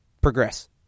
progress